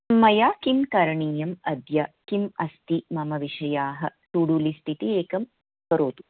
मया किं करणीयम् अद्य किम् अस्ति मम विषयाः टू डु लिस्ट् इति एकं करोतु